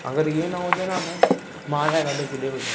अॻरि इहे न हुजनि आ न मां अलाए अॼु केॾांहुं हुजा हा